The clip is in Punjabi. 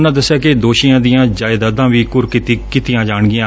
ਉਨ੍ਹਾਂ ਦਸਿਆ ਕਿ ਦੋਸ਼ੀਆਂ ਦੀਆਂ ਜਾਇਦਾਦਾਂ ਵੀ ਕੁਰਕ ਕੀਤੀਆਂ ਜਾਣਗੀਆਂ